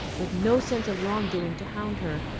with no sense of wrongdoing to hound her,